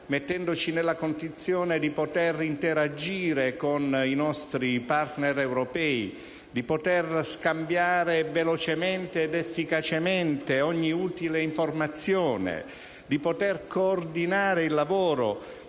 mettendoci nella condizione di poter interagire con i nostri *partner* europei, di poter scambiare velocemente ed efficacemente ogni utile informazione, di poter coordinare il lavoro